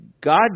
God